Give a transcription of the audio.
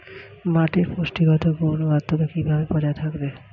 মাটির পুষ্টিগত গুণ ও আদ্রতা কিভাবে বজায় থাকবে?